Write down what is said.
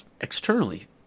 externally